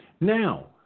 Now